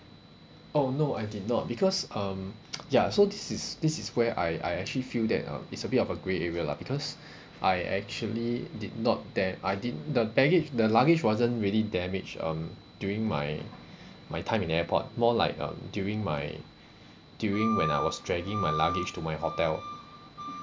oh no I did not because um ya so this is this is where I I actually feel that uh it's a bit of a grey area lah because I actually did not that I did the baggage the luggage wasn't really damage um during my my time in the airport more like um during my during when I was dragging my luggage to my hotel